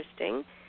interesting